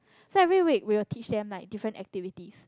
so every week we will teach them like different activities